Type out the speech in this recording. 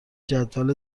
جدول